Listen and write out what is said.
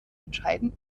entscheiden